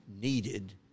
needed